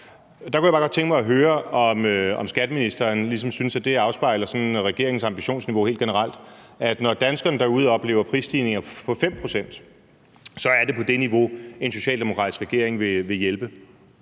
Der kunne jeg bare godt tænke mig at høre, om skatteministeren ligesom synes, at det sådan afspejler regeringens ambitionsniveau helt generelt, altså at når danskerne derude oplever prisstigninger på 5 pct., så er det på det niveau, at en socialdemokratisk regering vil hjælpe.